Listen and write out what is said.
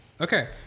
Okay